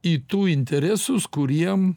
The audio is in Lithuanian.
į tų interesus kuriem